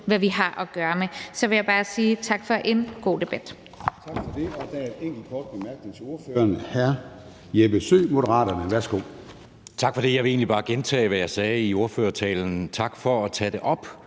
hvad vi har at gøre med. Og så vil jeg bare sige tak for en god debat.